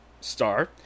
star